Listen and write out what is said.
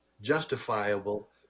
justifiable